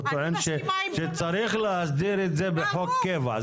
הוא טוען שצריך להסדיר את זה בחוק קבע,